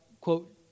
quote